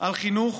על חינוך